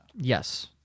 yes